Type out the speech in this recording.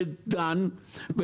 לדן.